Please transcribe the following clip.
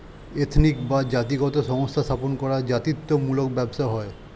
ethnic বা জাতিগত সংস্থা স্থাপন করা জাতিত্ব মূলক ব্যবসা হয়